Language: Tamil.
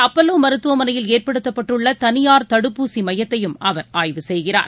அப்பல்லோ மருத்துவமனையில் ஏற்படுத்தப்பட்டுள்ள தனியார் தடுப்பூசி மையத்தையும் அவர் ஆய்வு செய்கிறார்